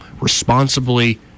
responsibly